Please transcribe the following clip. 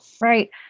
Right